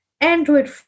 Android